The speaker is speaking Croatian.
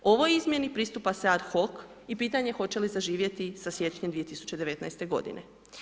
Ovoj izmjeni pristupa se ad hock i pitanje hoće li zaživjeti sa siječnjem 2019. godine.